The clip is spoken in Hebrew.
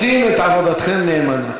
עושים את עבודתכם נאמנה.